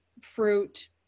fruit